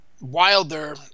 Wilder